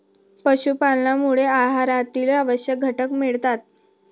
पशुपालनामुळे आहारातील आवश्यक घटक मिळतात